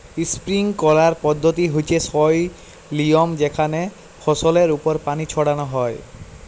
sprinkler পদ্ধতি হচ্যে সই লিয়ম যেখানে ফসলের ওপর পানি ছড়ান হয়